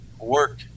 Work